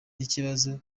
ikibazo